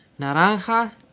Naranja